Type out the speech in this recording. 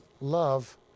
love